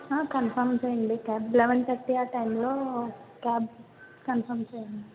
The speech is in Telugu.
కన్ఫర్మ్ చేయండి క్యాబ్ లెవెన్ థర్టీ ఆ టైమ్ లో క్యాబ్ కన్ఫర్మ్ చేయండి